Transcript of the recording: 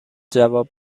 جواب